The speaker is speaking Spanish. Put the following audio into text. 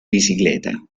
bicicleta